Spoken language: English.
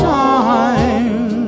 time